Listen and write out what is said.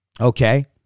Okay